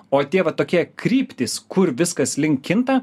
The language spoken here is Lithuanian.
o tie va tokie kryptys kur viskas link kinta